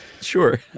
sure